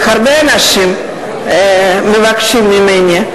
שהרבה אנשים מבקשים ממני,